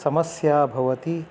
समस्या भवति